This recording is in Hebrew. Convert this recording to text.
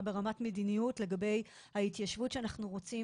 ברמת מדיניות לגבי ההתיישבות שאנחנו כן רוצים